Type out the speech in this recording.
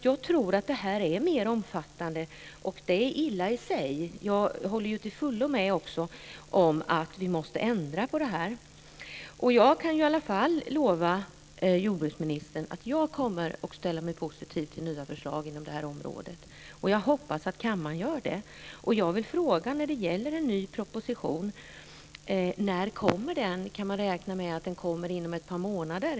Jag tror att det här är mer omfattande och det är illa i sig. Jag håller också till fullo med om att vi måste ändra på detta. Jag kan i alla fall lova jordbruksministern att jag kommer att ställa mig positiv till nya förslag inom det här området och jag hoppas att kammaren också gör det. När det gäller en ny proposition vill jag fråga: När kommer den? Kan man räkna med att den kommer inom ett par månader?